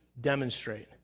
demonstrate